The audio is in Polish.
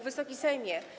Wysoki Sejmie!